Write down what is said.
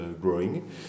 growing